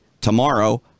tomorrow